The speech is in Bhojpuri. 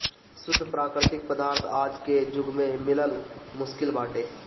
शुद्ध प्राकृतिक पदार्थ आज के जुग में मिलल मुश्किल बाटे